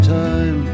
time